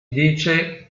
dice